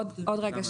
עוד רגע.